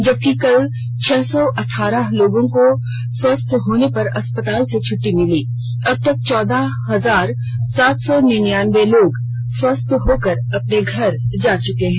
जबकि कल छह सौ अठारह लोगों को स्वस्थ होने पर अस्पताल से छुट्टी मिली अबतक चौदह हजार सात सौ निन्यानबे लोग स्वस्थ होकर अपने घर जा चुके हैं